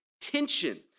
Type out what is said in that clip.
tension